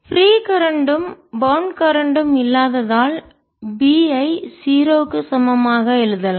free கரண்ட்டும் bound கரண்ட்டும் இல்லாததால் B ஐ 0 க்கு சமமாக எழுதலாம்